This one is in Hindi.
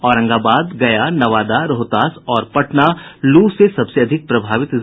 औरंगाबाद गया नवादा रोहतास और पटना लू से सबसे अधिक प्रभावित जिले हैं